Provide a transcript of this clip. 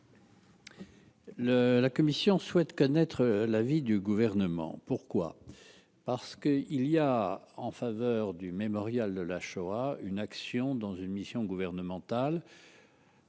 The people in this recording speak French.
la commission souhaite connaître l'avis du gouvernement, pourquoi, parce que il y a en faveur du Mémorial de la Shoah, une action dans une mission gouvernementale.